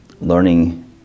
learning